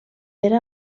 era